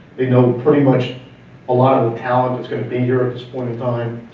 they know pretty much a lot of the talent that's gonna be here at this point in time,